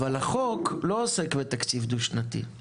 אבל החוק לא עוסק בתקציב דו שנתי;